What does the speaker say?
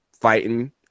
fighting